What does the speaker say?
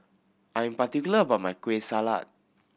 I am particular about my Kueh Salat